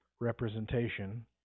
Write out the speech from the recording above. representation